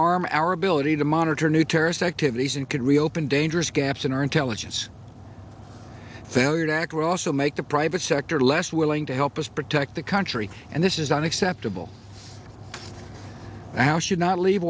harm our ability to monitor new terrorist activities and could reopen dangerous gaps in our intelligence failure to act will also make the private sector less willing to help us protect the country and this is unacceptable now should not leave